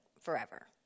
forever